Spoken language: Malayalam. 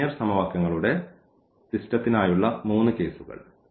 ലീനിയർ സമവാക്യങ്ങളുടെ സിസ്റ്റത്തിനായുള്ള 3 കേസുകൾ